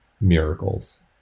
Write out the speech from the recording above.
miracles